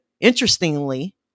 interestingly